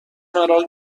مرا